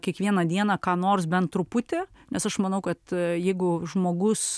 kiekvieną dieną ką nors bent truputį nes aš manau kad jeigu žmogus